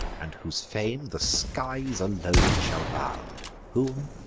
and whose fame the skies alone shall bound whom,